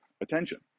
attention